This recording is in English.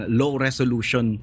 low-resolution